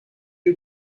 you